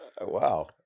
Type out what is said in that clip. Wow